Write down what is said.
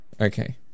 Okay